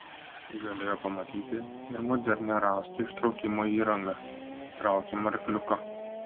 galėjo pamatyti ir modernią rąstų ištraukimo įrangą traukiamą arkliuko